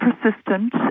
persistent